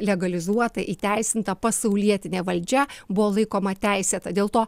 legalizuota įteisinta pasaulietinė valdžia buvo laikoma teisėta dėl to